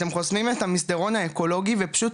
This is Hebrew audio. אתם חוסמים את המסדרון האקולוגי ופשוט